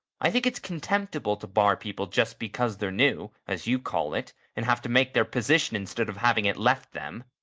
i think it's contemptible to bar people just because they're new, as you call it, and have to make their position instead of having it left them.